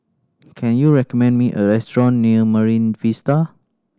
can you recommend me a restaurant near Marine Vista